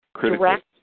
direct